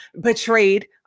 betrayed